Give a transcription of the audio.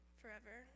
forever